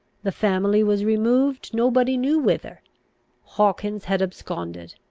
the family was removed nobody knew whither hawkins had absconded,